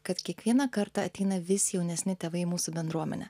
kad kiekvieną kartą ateina vis jaunesni tėvai į mūsų bendruomenę